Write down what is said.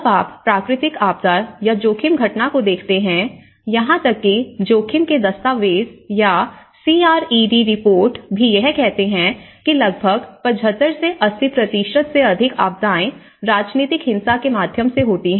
जब आप प्राकृतिक आपदा या जोखिम घटना को देखते हैं यहां तक कि जोखिम के दस्तावेज या C R E D report भी यह कहते हैं कि लगभग 75 से 80 से अधिक आपदाएं राजनीतिक हिंसा के माध्यम से होती हैं